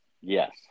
Yes